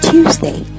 Tuesday